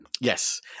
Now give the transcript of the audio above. Yes